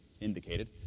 indicated